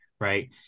Right